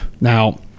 Now